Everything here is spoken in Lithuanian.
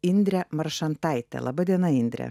indrė maršantaitė laba diena indrė